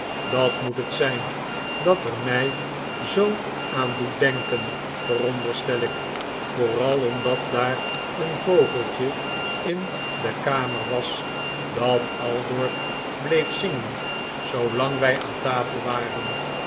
dat moet het zijn dat er mij zoo aan doet denken veronderstel ik vooral omdat daar een vogeltje in de kamer was dat aldoor bleef zingen zoolang wij aan tafel waren